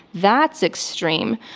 that's extreme.